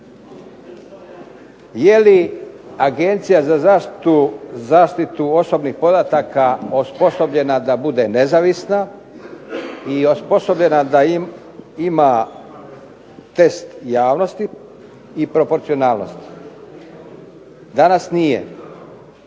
Jeli Agencija za zaštitu osobnih podataka osposobljena da bude nezavisna i osposobljena da ima test javnosti i proporcionalnosti? Danas nije